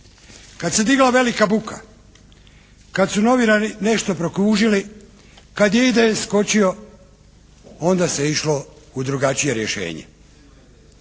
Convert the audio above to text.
Kad se digla velika buka, kad su novinari nešto prokužili, kad je IDS skočio, onda se išlo u drugačije rješenje.